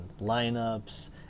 lineups